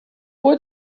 would